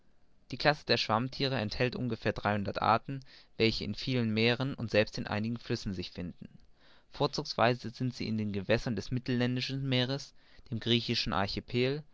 die classe der schwammthiere enthält ungefähr dreihundert arten welche in vielen meeren und selbst in einigen flüssen sich finden vorzugsweise sind sie in den gewässern des mittelländischen meeres dem griechischen archipel